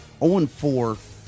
0-4